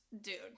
dude